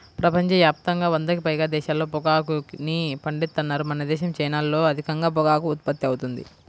ప్రపంచ యాప్తంగా వందకి పైగా దేశాల్లో పొగాకుని పండిత్తన్నారు మనదేశం, చైనాల్లో అధికంగా పొగాకు ఉత్పత్తి అవుతుంది